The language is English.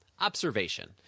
observation